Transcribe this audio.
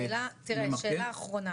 שאלה אחרונה,